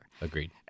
Agreed